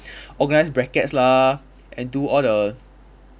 organise brackets lah and do all the